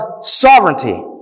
sovereignty